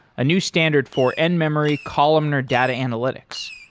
a new standard for in-memory columnar data analytics.